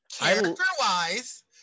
character-wise